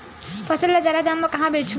फसल ल जादा दाम म कहां बेचहु?